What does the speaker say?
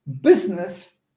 business